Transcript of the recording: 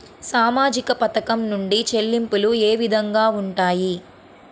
సామాజిక పథకం నుండి చెల్లింపులు ఏ విధంగా ఉంటాయి?